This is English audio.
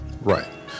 Right